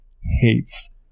hates